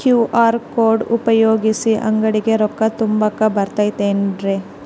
QR code ಉಪಯೋಗಿಸಿ, ಅಂಗಡಿಗೆ ರೊಕ್ಕಾ ತುಂಬಾಕ್ ಬರತೈತೇನ್ರೇ?